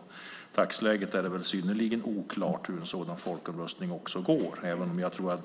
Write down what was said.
I dagsläget är det väl synnerligen oklart hur en sådan folkomröstning går, även om jag tror att